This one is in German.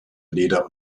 leder